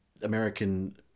American